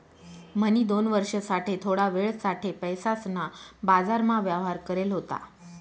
म्हणी दोन वर्ष साठे थोडा वेळ साठे पैसासना बाजारमा व्यवहार करेल होता